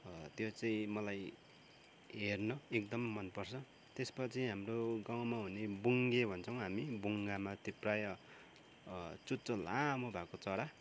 त्यो चाहिँ मलाई हेर्न एकदम मनपर्छ त्यसपछि हाम्रो गाउँमा हुने बुङ्गे भन्छौँ हामी बुङ्गामा त्यो प्रायः चुच्चो लामो भएको चरा